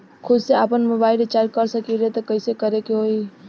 खुद से आपनमोबाइल रीचार्ज कर सकिले त कइसे करे के होई?